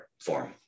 form